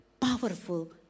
powerful